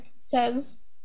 says